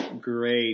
Great